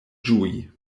ĝui